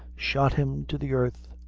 shot him to the earth,